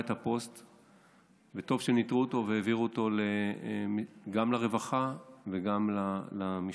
וטוב שניטרו אותו והעבירו אותו גם לרווחה וגם למשטרה.